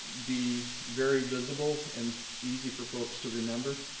be very visible and easy for folks to remember,